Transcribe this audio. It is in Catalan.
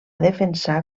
defensar